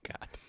God